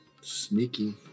Sneaky